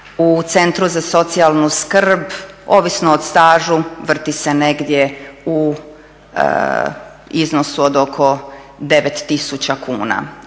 u Centru za socijalnu skrb, ovisno o stažu, vrti se negdje u iznosu od oko 9 tisuća kuna.